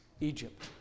Egypt